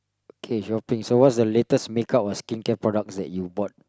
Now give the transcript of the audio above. K shopping so what's the latest makeup or skincare products that you bought